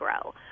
grow